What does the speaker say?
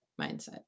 mindset